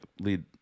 lead